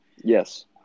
Yes